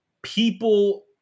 People